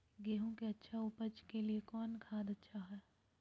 गेंहू के अच्छा ऊपज के लिए कौन खाद अच्छा हाय?